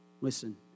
Listen